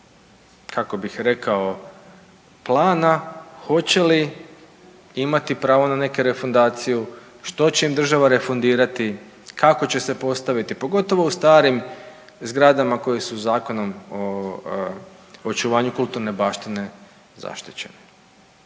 kako bih rekao plana hoće li imati pravo na neku refundaciju, što će im država refundirati, kako će se postaviti pogotovo u starim zgradama koje su Zakonom o očuvanju kulturne baštine zaštićene.